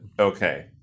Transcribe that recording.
Okay